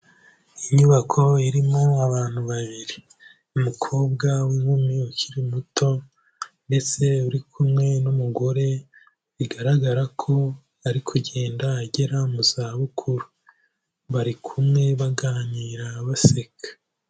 Inyubako irimo abantu babiri umukobwa w'inkumi ukiri muto ndetse uri kumwe n'umugore, bigaragara ko ari kugenda agera mu zabukuru, bari kumwe baganira baseka.